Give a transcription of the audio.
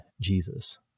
Jesus